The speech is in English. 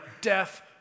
death